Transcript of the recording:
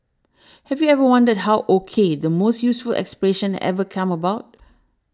have you ever wondered how O K the most useful expression ever came about